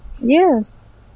Yes